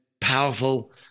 powerful